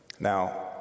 Now